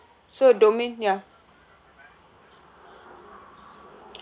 so domain ya